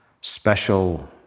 special